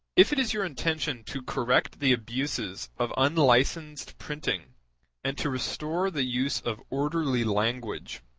if it is your intention to correct the abuses of unlicensed printing and to restore the use of orderly language,